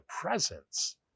presence